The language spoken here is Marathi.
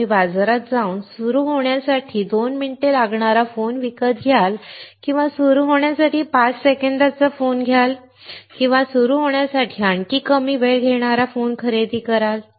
तुम्ही बाजारात जाऊन सुरू होण्यासाठी 2 मिनिटे लागणारा फोन विकत घ्याल किंवा सुरू होण्यासाठी पाच सेकंदांचा फोन घ्याल किंवा सुरू होण्यासाठी आणखी कमी वेळ घेणारा फोन खरेदी कराल